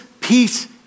peace